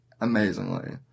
amazingly